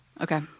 Okay